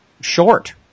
short